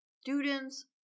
students